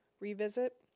revisit